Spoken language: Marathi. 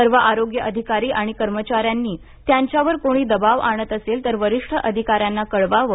सर्व आरोग्य अधिकारी आणि कर्मचाऱ्यांनी त्यांच्यावर कोणी दबाव आणत असेल तर वरिष्ठ अधिकाऱ्यांना यांना कळवावं